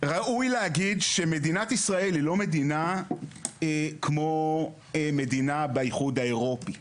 ראוי להגיד שמדינת ישראל היא לא כמו מדינה באיחוד האירופי.